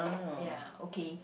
ya okay